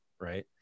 right